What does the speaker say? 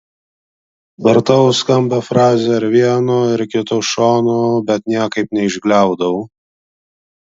vartau skambią frazę ir vienu ir kitu šonu bet niekaip neišgliaudau